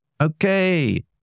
Okay